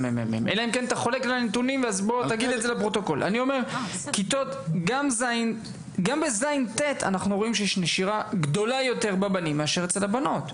אומר שגם בכיתות ז׳-ט׳ יש נשירה יותר גדולה אצל הבנים מאשר אצל הבנות.